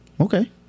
Okay